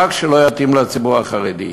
רק שלא יתאימו לציבור החרדי.